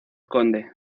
conde